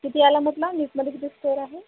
किती आला म्हटलं नीटमध्ये किती स्कोर आहे